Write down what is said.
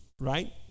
right